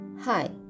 Hi